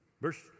Verse